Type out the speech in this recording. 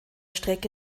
strecke